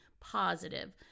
positive